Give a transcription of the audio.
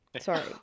Sorry